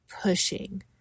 pushing